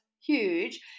huge